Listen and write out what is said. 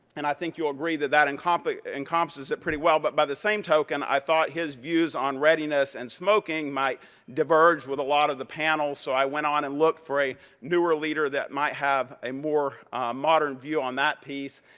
and i think you'll agree that that encompasses it pretty well. but by the same token, i thought his views on readiness and smoking might diverge with a lot of the panels. so, i went on and looked for a newer leader that might have a more modern view on that piece.